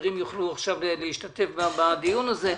והחברים יוכלו עכשיו להשתתף גם בדיון הזה,